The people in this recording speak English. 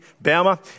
Baumer